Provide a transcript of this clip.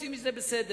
יוצאים מזה בסדר.